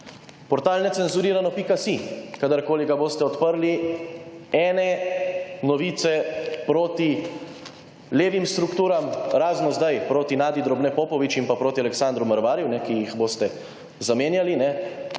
Portal Necenzurirano.si. Kadarkoli ga boste odprli, ene novice proti levim strukturam, razen zdaj, proti Nadi Drobne Popovič in pa proti Aleksandru Mrvarju, kajne, ki jih boste zamenjali,